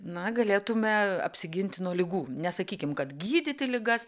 na galėtume apsiginti nuo ligų nesakykim kad gydyti ligas